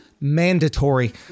mandatory